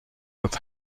that